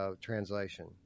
translation